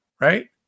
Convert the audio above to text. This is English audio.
right